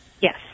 Yes